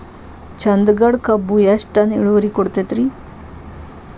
ಚಂದಗಡ ಕಬ್ಬು ಎಷ್ಟ ಟನ್ ಇಳುವರಿ ಕೊಡತೇತ್ರಿ?